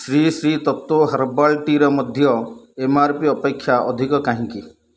Shri Shri Tattva herbal ଟିର ମଧ୍ୟ M R P ଅପେକ୍ଷା ଅଧିକ କାହିଁକି